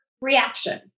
reaction